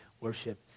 worship